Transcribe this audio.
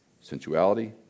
sensuality